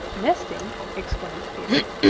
nesting! exclaimed peter.